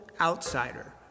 outsider